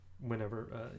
whenever